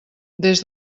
des